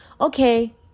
Okay